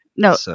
No